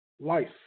life